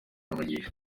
umugisha